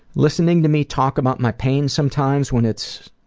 listening to me talk about my pain sometimes when it's